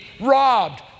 robbed